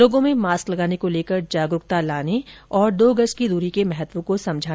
लोगों में मास्क लगाने को लेकर जागरुकता आए और दो गज़ की दूरी का महत्व समझें